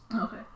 Okay